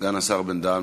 סגן השר בן-דהן,